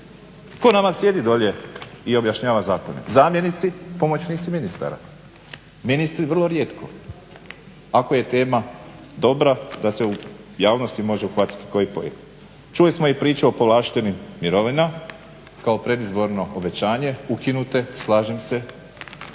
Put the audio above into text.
Tko nama sjedi dolje i objašnjava zakone? Zamjenici, pomoćnici ministara. Ministri vrlo rijetko ako je tema dobra da se u javnosti može uhvatiti koji poen. Čuli smo i priče o povlaštenim mirovinama kao predizborno obećanje ukinute, slažem se.